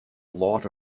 lot